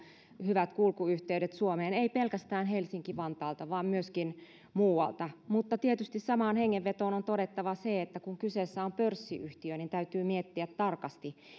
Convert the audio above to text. hyvät kulkuyhteydet suomeen ei pelkästään helsinki vantaalta vaan myöskin muualta mutta tietysti samaan hengenvetoon on todettava että kun kyseessä on pörssiyhtiö niin täytyy miettiä tarkasti